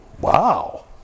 wow